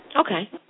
Okay